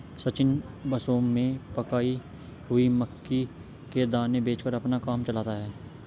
सचिन बसों में पकाई हुई मक्की के दाने बेचकर अपना काम चलाता है